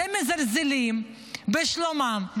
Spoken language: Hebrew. אתם מזלזלים בשלומם,